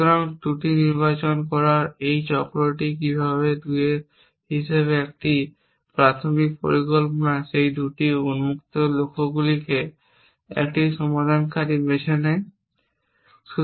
সুতরাং ত্রুটি নির্বাচন করার এই চক্রটি কীভাবে 2 হিসাবে একটি প্রাথমিক পরিকল্পনা সেই 2টি উন্মুক্ত লক্ষ্যগুলিকে একটি সমাধানকারী বেছে নেয়